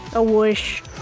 a whoosh,